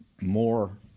more